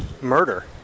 murder